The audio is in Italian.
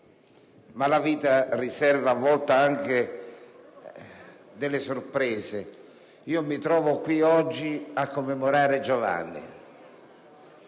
ma la vita riserva a volte anche delle sorprese. Mi trovo qui oggi a commemorare Giovanni,